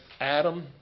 Adam